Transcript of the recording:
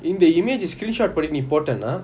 in the image a screenshot பண்ணி நீ போட்டன:panni nee potana